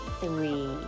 three